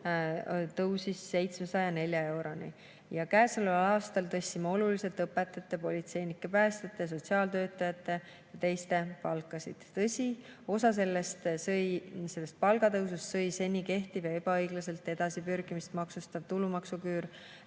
tõusis 704 euroni. Käesoleval aastal tõstsime oluliselt õpetajate, politseinike, päästjate, sotsiaaltöötajate ja teiste palkasid. Tõsi, osa sellest palgatõusust sõi seni kehtiv ja ebaõiglaselt edasipürgimist maksustav tulumaksuküür